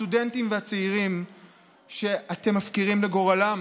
הסטודנטים והצעירים שאתם מפקירים לגורלם,